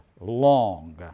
long